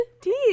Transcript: teeth